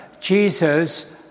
Jesus